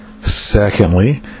Secondly